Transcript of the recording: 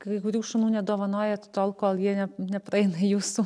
kai kurių šunų nedovanojat tol kol jie ne nepraeina jūsų